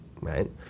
right